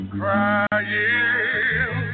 crying